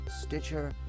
Stitcher